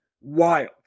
wild